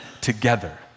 together